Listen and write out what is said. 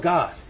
God